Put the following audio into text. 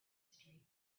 street